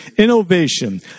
Innovation